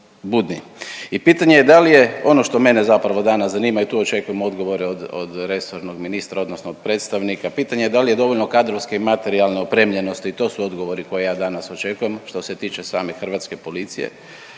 I pitanje je da li je ono što mene zapravo danas zanima i tu očekujem odgovore od, od resornog ministra odnosno od predstavnika, pitanje da li je dovoljno kadrovske i materijalne opremljenosti, to su odgovori koje ja danas očekujem što se tiče same hrvatske policije,